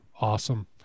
Awesome